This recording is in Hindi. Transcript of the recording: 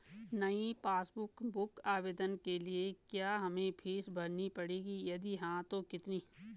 नयी पासबुक बुक आवेदन के लिए क्या हमें फीस भरनी पड़ेगी यदि हाँ तो कितनी?